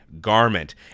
garment